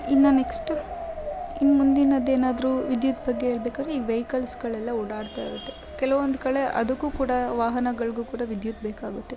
ಇನ್ನು ನೆಕ್ಸ್ಟು ಇನ್ನು ಮುಂದಿನದು ಏನಾದರೂ ವಿದ್ಯುತ್ ಬಗ್ಗೆ ಹೇಳ್ಬೇಕಾರೆ ಈ ವೈಕಲ್ಸ್ಗಳೆಲ್ಲ ಓಡಾಡ್ತಾ ಇರುತ್ತೆ ಕೆಲವೊಂದು ಕಡೆ ಅದಕ್ಕೂ ಕೂಡ ವಾಹನಗಳಿಗೂ ಕೂಡ ವಿದ್ಯುತ್ ಬೇಕಾಗುತ್ತೆ